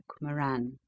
Moran